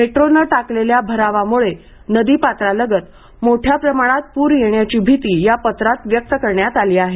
मेट्रोने टाकलेल्या भरावामुळे नदीपात्रालगत मोठ्या प्रमाणात पूर येण्याची भीती या पत्रात व्यक्त करण्यात आली आहे